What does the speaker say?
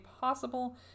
possible